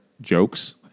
jokes